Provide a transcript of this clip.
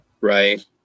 right